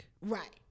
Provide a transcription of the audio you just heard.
Right